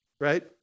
Right